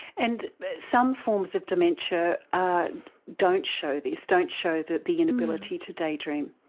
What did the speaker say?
and some forms of dementia don't show this, don't show the the inability to daydream.